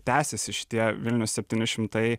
tęsiasi šitie vilnius septyni šimtai